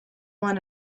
one